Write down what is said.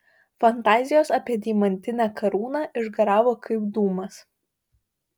fantazijos apie deimantinę karūną išgaravo kaip dūmas